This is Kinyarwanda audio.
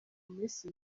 minsi